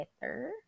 better